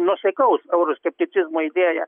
nuosaikaus euroskepticizmo idėją